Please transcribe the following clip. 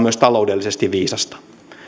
myös taloudellisesti viisasta